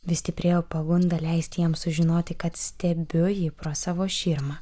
vis stiprėjo pagunda leisti jam sužinoti kad stebiu jį pro savo širmą